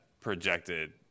projected